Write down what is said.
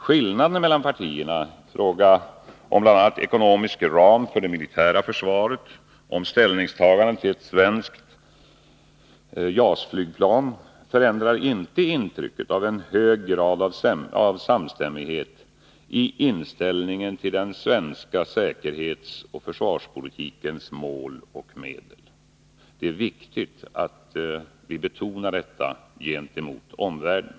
Skillnaderna mellan partierna i fråga om bl.a. ekonomisk ram för det militära försvaret och ställningstagandet till ett svenskt JAS-flygplan förändrar inte intrycket av en hög grad av samstämmighet i inställningen till den svenska säkerhetsoch försvarspolitikens mål och medel. Det är viktigt att vi betonar detta gentemot omvärlden.